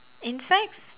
insects